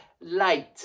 late